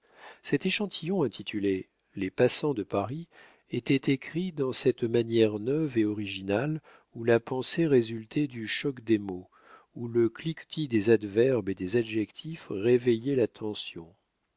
cet échantillon intitulé les passants de paris était écrit dans cette manière neuve et originale où la pensée résultait du choc des mots où le cliquetis des adverbes et des adjectifs réveillait l'attention